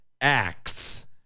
acts